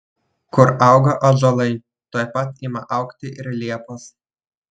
kur auga ąžuolai tuoj pat ima augti ir liepos